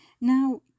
Now